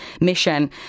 mission